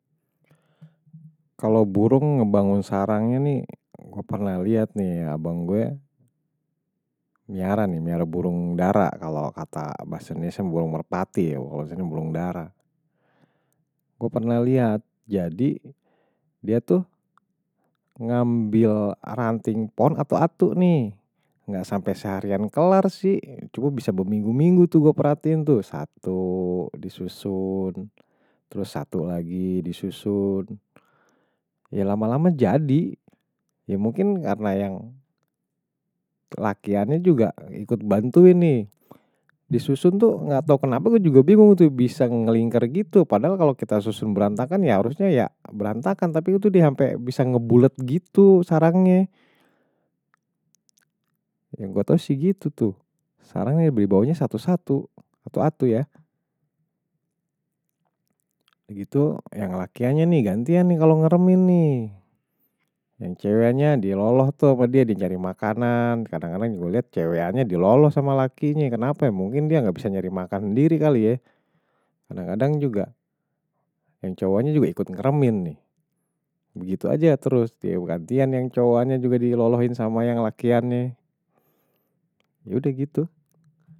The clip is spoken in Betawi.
Kalo burung ngebangun sarangnye nih, gue pernah liat nih abang gue miara nih, miara burung darah. Kalo kata bahasannya, saya burung merpati. Kalo bahasanya burung darah. Gue pernah liat, jadi dia tuh ngambil ranting pohon atau atu nih nggak sampe seharian kelar sih cukup bisa berminggu-minggu tuh gue perhatiin tuh. Satu disusun terus satu lagi disusun ya lama-lama jadi ya mungkin karena yang lakiannya juga ikut bantuin nih disusun tuh nggak tau kenapa gue juga bingung tuh bisa ngelingker gitu padahal kalo kita susun berantakan ya harusnya ya berantakan tapi itu dihampir bisa ngebulet gitu sarangnya, yang gue tau sih gitu tuh sarang nih dibawahnya satu-satu, satu-atu ya gitu yang lakiannya nih, gantian nih kalo ngeremin nih yang ceweknya diloloh tuh sama dia, dia nyari makanan kadang-kadang gue liat ceweknya diloloh sama lakinya kenapa. Mungkin dia nggak bisa nyari makanan sendiri kali ya kadang-kadang juga yang cowoknya juga ikut ngeremin nih begitu aja terus. Gantian yang cowoknya juga dilolohin sama yang lakiannya ya udah gitu.